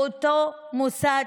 באותו מוסד,